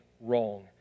wrong